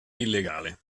illegale